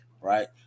Right